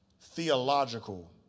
theological